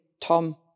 Tom